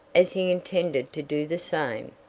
as he intended to do the same.